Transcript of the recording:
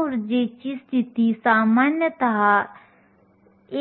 जाळी स्थिरांक 0